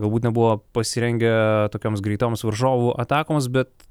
galbūt buvo pasirengę tokioms greitoms varžovų atakoms bet